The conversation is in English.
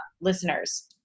listeners